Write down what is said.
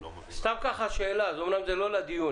סתם שאלה, לא לדיון